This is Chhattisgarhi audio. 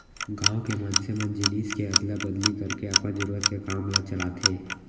गाँव के मनसे मन जिनिस के अदला बदली करके अपन जरुरत के काम ल चलाथे